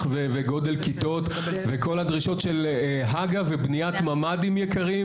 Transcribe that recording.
וגודל כיתות וכל הדרישות של הגה ובניית ממ"דים יקרים